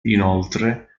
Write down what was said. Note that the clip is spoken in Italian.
inoltre